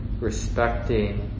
respecting